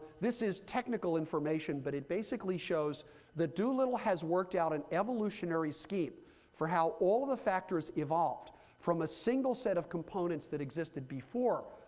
this is technical information, but it basically shows that doolittle has worked out an evolutionary scheme for how all of the factors evolved from a single set of components that existed before,